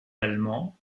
allemand